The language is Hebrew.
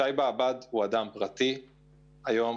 שי באב"ד הוא אדם פרטי היום,